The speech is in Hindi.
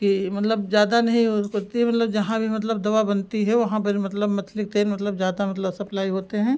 कि मतलब ज़्यादा नहीं मतलब जहाँ भी मतलब दवा बनती है वहाँ पर मतलब मछली के तेल मतलब ज़्यादा मतलब सप्लाई होते हैं